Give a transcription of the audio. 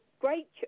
great